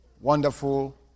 wonderful